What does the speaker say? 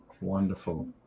wonderful